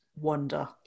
wonder